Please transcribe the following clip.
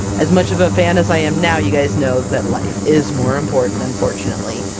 as much of a fan as i am now, you guys know that life is more important, unfortunately,